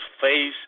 face